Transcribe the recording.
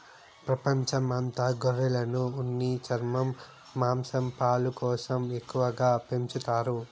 ప్రపంచం అంత గొర్రెలను ఉన్ని, చర్మం, మాంసం, పాలు కోసం ఎక్కువగా పెంచుతారు